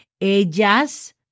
Ellas